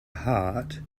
heart